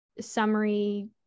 summary